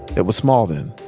it was small then.